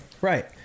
right